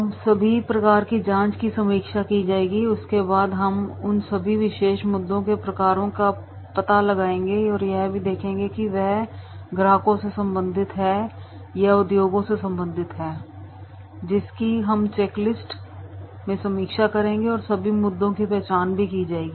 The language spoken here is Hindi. अब सभी प्रकार की जाँच की समीक्षा की जाएंगी उसके बाद हम उन सभी विशेष मुद्दों के प्रकारों का पता लगाएंगे और यह भी देखेंगे कि वह ग्राहकों से संबंधित है या उद्योगों से संबंधित है जिसकी हम चेक लिस्ट में समीक्षा करेंगे और सभी मुद्दों की पहचान भी की जाएगी